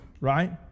right